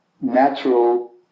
natural